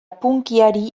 punkyari